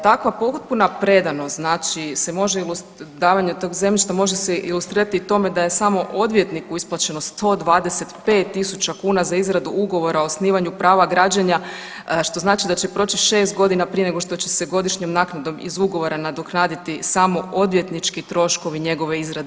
Takva potpuna predanost znači se može, davanje tog zemljišta može se ilustrirati tome da je samo odvjetniku isplaćeno 125 tisuća kuna za izradu ugovora o osnivanju prava građenja, što znači da će proći 6 godina prije nego što će se godišnjom naknadom iz ugovora nadoknaditi samo odvjetnički troškovi njegove izrade.